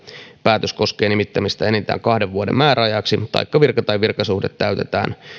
päätös koskee nimittämistä enintään kahden vuoden määräajaksi taikka virka tai virkasuhde täytetään